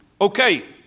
okay